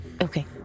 Okay